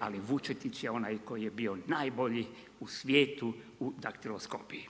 ali Vučetić je onaj koji je bio najbolji u svijetu u daktiloskopiji.